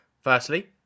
firstly